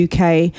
UK